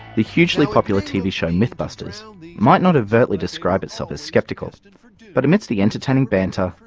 the hugely popular tv show mythbusters might not overtly describe itself as skeptical but amid the entertaining banter,